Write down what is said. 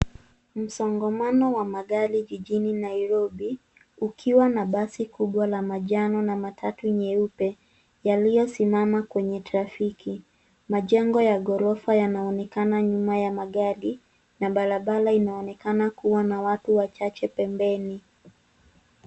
Msongamano wa magari jijini Nairobi, ukiwa na basi kubwa la manjano, na matatu nyeupe, yaliosimama kwenye trafiki. Majengo ya ghorofa yanaonekana nyuma ya magari, na barabara inaonekana kuwa na watu wachache pembeni.